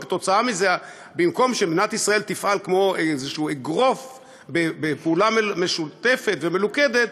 וכתוצאה מזה במקום שמדינת ישראל תפעל כמו אגרוף בפעולה משותפת ומלוכדת,